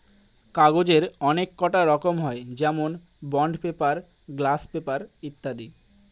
কাগজের অনেককটা রকম হয় যেমন বন্ড পেপার, গ্লাস পেপার ইত্যাদি